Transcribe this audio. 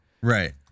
Right